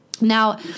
Now